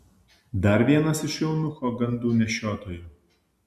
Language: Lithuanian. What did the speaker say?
dar vienas iš eunucho gandų nešiotojų